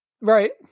Right